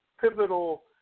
pivotal